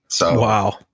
Wow